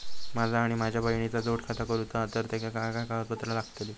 माझा आणि माझ्या बहिणीचा जोड खाता करूचा हा तर तेका काय काय कागदपत्र लागतली?